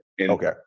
Okay